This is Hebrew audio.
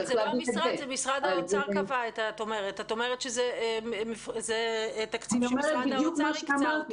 אבל את אומרת שזה תקציב שמשרד האוצר הקצה,